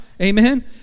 amen